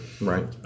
Right